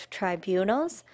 tribunals